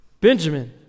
Benjamin